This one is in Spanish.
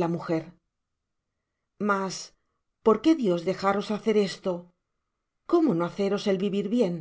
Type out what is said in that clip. la m mas por qué dios dejaros hacer esto cómo no haceros el vivir bien